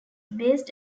based